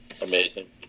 amazing